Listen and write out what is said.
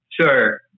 Sure